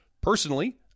Personally